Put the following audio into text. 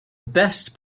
best